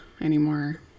anymore